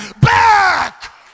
back